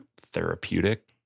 therapeutic